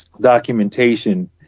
documentation